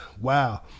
Wow